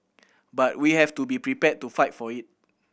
but we have to be prepared to fight for it